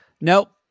Nope